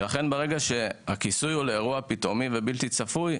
ולכן כאשר הכיסוי הוא לאירוע פתאומי ובלתי צפוי,